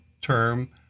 term